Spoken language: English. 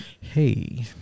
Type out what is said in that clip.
hey